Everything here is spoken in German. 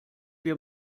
wir